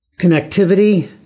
Connectivity